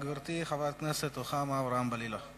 גברתי, חברת הכנסת רוחמה אברהם-בלילא.